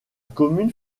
commune